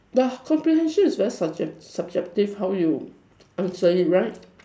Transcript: the comprehension is very subjec~ subjective how you answer it right